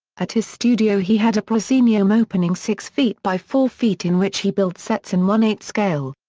at his studio he had a proscenium opening six feet by four feet in which he built sets in one eight scale.